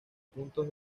puntos